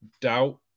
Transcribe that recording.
doubt